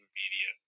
media